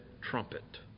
trumpet